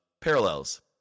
parallels